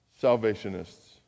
Salvationists